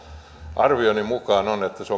arvioni mukaan merkittävästi se